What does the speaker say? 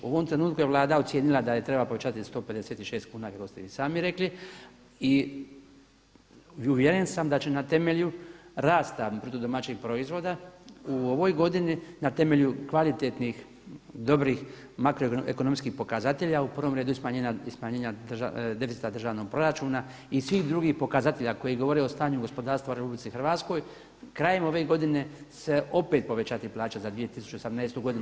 U ovom trenutku je Vlada ocijenila da je treba povećati za 156 kuna kao što ste i sami rekli i uvjeren sam da će na temelju rasta bruto domaćeg proizvoda u ovoj godini na temelju kvalitetnih dobrih makroekonomskih pokazatelja u prvom redu i smanjenja deficita državnog proračuna i svih drugih pokazatelja koji govore o stanju gospodarstva u Republici Hrvatskoj krajem ove godine se opet povećati plaća za 2018. godinu.